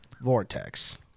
vortex